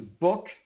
book